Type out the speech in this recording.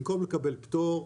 במקום לקבל פטור,